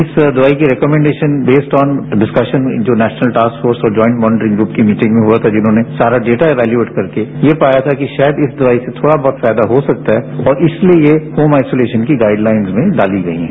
इस दयाई की recommendation based on discussion with the national task force और ज्वाइंट मॉनिटरिंग युप की मीटिंग में हुआ था जिन्होंने सारा डेटा इवेल्यूएट करके यह पाया था कि शायद इस दवाई से थोड़ा बहुत फायदा हो सकता है और इसलिए होम आइसोलेशन की गाइडलाइंस में डाली गई हैं